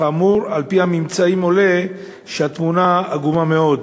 כאמור, מהממצאים עולה שהתמונה עגומה מאוד.